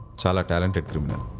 so like talented criminal.